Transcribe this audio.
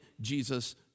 Jesus